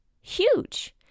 huge